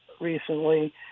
recently